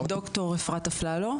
ד"ר אפרת אפללו.